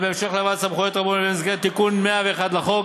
זאת בהמשך להעברת סמכויות רבות אליהן במסגרת תיקון 101 לחוק,